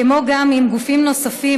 כמו גם עם גופים נוספים,